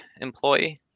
employee